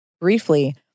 briefly